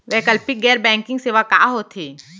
वैकल्पिक गैर बैंकिंग सेवा का होथे?